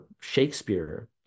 Shakespeare